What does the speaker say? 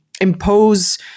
impose